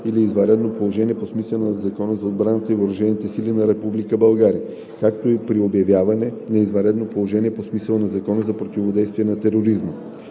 или извънредно положение по смисъла на Закона за отбраната и въоръжените сили на Република България, както и при обявяване на извънредно положение по смисъла на Закона за противодействие на тероризма